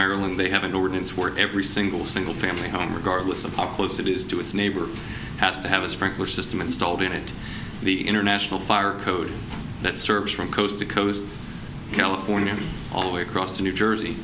maryland they have an ordinance where every single single family home regardless of how close it is to its neighbor has to have a sprinkler system installed in it the international fire code that serves from coast to coast california all the way across to new jersey